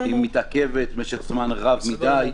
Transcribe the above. היא מתעכבת משך זמן רב מדי.